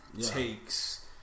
takes